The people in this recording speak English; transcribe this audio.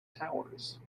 towers